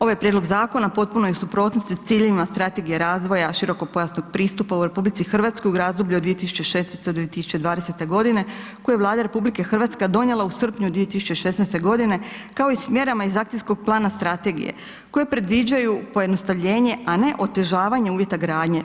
Ovaj prijedlog zakona u potpunoj je suprotnosti s ciljevima strategije razvoja širokopojasnog pristupa u RH u razdoblju od 2016. do 2020. g. koji je Vlada RH donijela u srpnju 2016. g. kao i s mjerama iz akcijskog plana strategije koje predviđaju pojednostavljenje a ne otežavanje uvjeta gradnje.